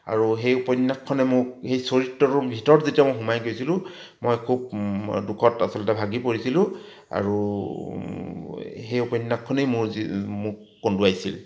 আৰু সেই উপন্যাসখনে মোক সেই চৰিত্ৰটোৰ ভিতৰত যেতিয়া মই সোমাই গৈছিলোঁ মই খুব দুখত আচলতে ভাগি পৰিছিলোঁ আৰু সেই উপন্যাসখনেই মোৰ জী মোক কন্দুৱাইছিল